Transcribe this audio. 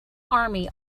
army